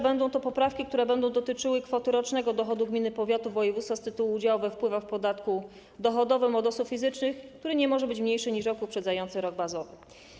Będą to także poprawki, które będą dotyczyły kwoty rocznego dochodu gminy, powiatu i województwa z tytułu udziału we wpływach w podatku dochodowym od osób fizycznych, który nie może być mniejszy niż w roku poprzedzającym rok bazowy.